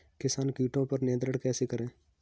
किसान कीटो पर नियंत्रण कैसे करें?